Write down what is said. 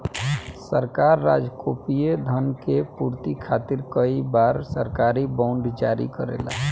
सरकार राजकोषीय धन के पूर्ति खातिर कई बार सरकारी बॉन्ड जारी करेला